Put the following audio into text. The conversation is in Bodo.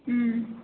उम